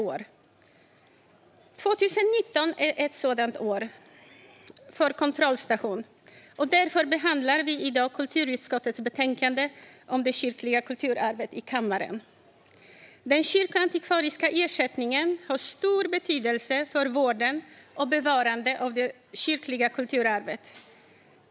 År 2019 är en sådan kontrollstation, och därför behandlar vi i dag kulturutskottets betänkande om det kyrkliga kulturavet i kammaren. Den kyrkoantikvariska ersättningen har stor betydelse för vården och bevarandet av det kyrkliga kulturarvet.